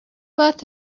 worth